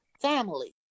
family